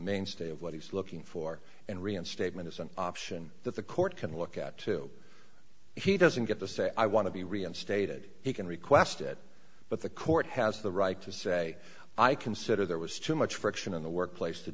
mainstay of what he's looking for and reinstatement is an option that the court can look at to he doesn't get to say i want to be reinstated he can request it but the court has the right to say i consider there was too much friction in the workplace to